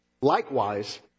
Likewise